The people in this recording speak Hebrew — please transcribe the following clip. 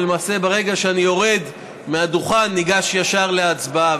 ולמעשה ברגע שאני יורד מהדוכן ניגש ישר להצבעה.